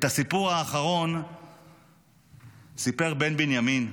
את הסיפור האחרון סיפר בן בנימין,